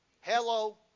Hello